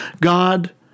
God